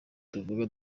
kuvuga